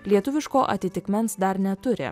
lietuviško atitikmens dar neturi